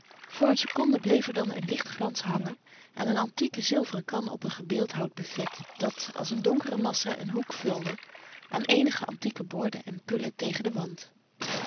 voor een seconde bleef er dan een lichtglans hangen aan een antieke zilveren kan op een gebeeldhouwd buffet dat als een donkere massa een hoek vulde aan eenige antieke borden en pullen tegen den wand